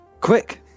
Quick